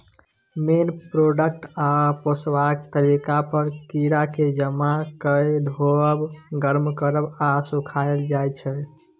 मेन product आ पोसबाक तरीका पर कीराकेँ जमा कए धोएब, गर्म करब आ सुखाएल जाइ छै